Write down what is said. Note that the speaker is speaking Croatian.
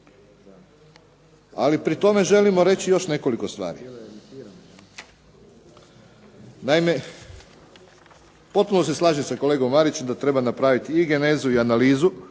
ali pri tome želimo reći još nekoliko stvari. Naime, potpuno se slažem sa kolegom Marićem da treba napraviti i genezu i analizu